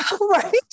right